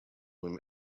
him